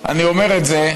אני אומר את זה,